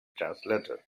translator